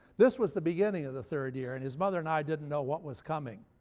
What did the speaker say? this was the beginning of the third year, and his mother and i didn't know what was coming.